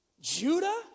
Judah